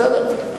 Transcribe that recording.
בסדר.